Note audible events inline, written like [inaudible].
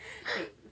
[breath] 对